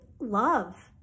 love